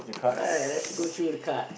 alright let's go through the card